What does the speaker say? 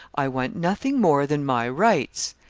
i want nothing more than my rights.